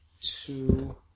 two